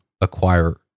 acquire